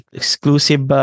exclusive